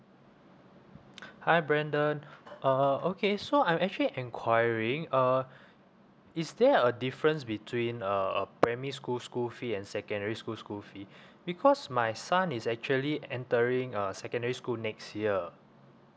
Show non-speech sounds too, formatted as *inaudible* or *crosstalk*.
*breath* hi brandon uh okay so I'm actually enquiring uh is there a difference between uh a primary school school fee and secondary school school fee *breath* because my son is actually entering a secondary school next year